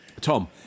tom